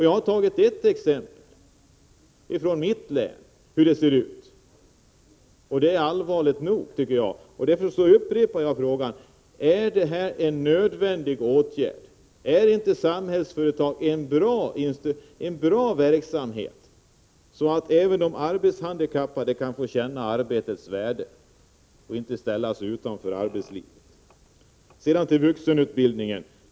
Jag tog ett exempel från mitt hemlän, och det exemplet var allvarligt nog. Därför upprepar jag frågan: Är det här en nödvändig åtgärd? Har inte Samhällsföretag en bra verksamhet? Då kan ju även de arbetshandikappade få känna arbetets värde och inte bli ställda utanför arbetslivet. Sedan till vuxenutbildningen.